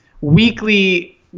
weekly